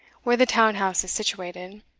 where the town-house is situated.